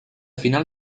final